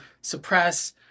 suppress